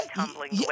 tumbling